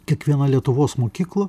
kiekviena lietuvos mokykla